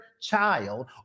child